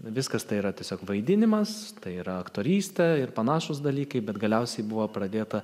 viskas tai yra tiesiog vaidinimas tai yra aktorystė ir panašūs dalykai bet galiausiai buvo pradėta